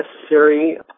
necessary